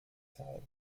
teil